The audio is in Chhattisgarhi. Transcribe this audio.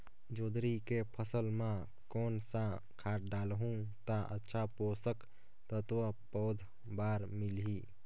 जोंदरी के फसल मां कोन सा खाद डालहु ता अच्छा पोषक तत्व पौध बार मिलही?